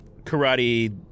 Karate